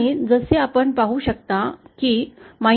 आणि जसे आपण पाहू शकता की 0